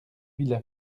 villa